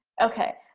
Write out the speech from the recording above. okay,